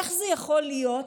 איך זה יכול להיות